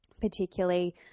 particularly